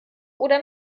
oder